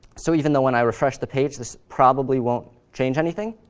so even though when i refresh the page this probably won't change anything,